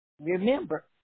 Remember